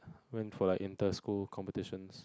went for like inter school competitions